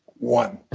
one.